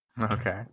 Okay